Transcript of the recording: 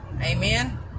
amen